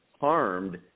harmed